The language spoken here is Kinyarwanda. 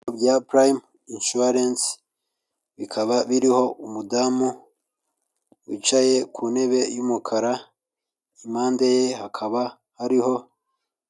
Ibiro bya Prime insurence, bikaba biriho umudamu wicaye ku ntebe y'umukara, impande ye hakaba hariho